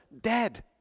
dead